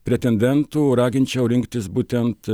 pretendentų raginčiau rinktis būtent